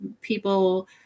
people